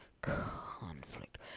conflict